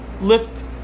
lift